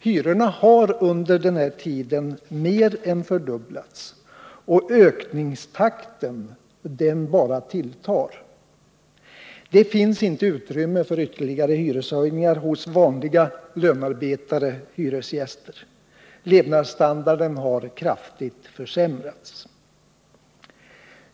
Hyrorna har under den här tiden mer än fördubblats, och ökningstakten bara tilltar. Hos vanliga lönearbetare och hyresgäster finns det nu inte utrymme för ytterligare hyreshöjningar — levnadsstandarden för dem har kraftigt försämrats.